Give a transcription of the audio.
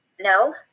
No